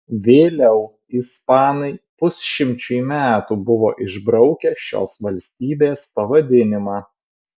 vėliau ispanai pusšimčiui metų buvo išbraukę šios valstybės pavadinimą